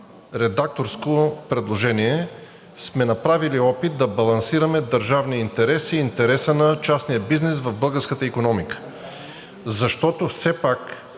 редакторско предложение сме направили опит да балансираме държавния интерес и интереса на частния бизнес в българската икономика, защото все пак